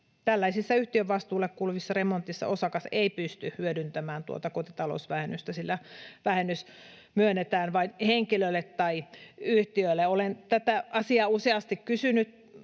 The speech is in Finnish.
tällaisissa yhtiön vastuulle kuuluvissa remonteissa osakas ei pysty hyödyntämään tuota kotitalousvähennystä, sillä vähennys myönnetään vain henkilölle tai yhtiölle. Olen tätä asiaa useasti kysynyt